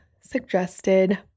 suggested